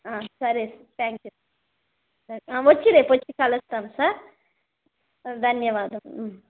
సరే thank you వచ్చి రేపు వచ్చి కలుస్తాను సార్ ధన్యవాదం